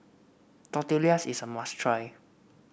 tortillas is a must try